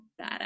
badass